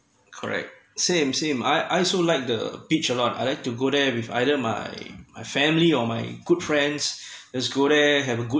correct same same I also like the beach a lot I like to go there with either my my family or my good friends just go there have a good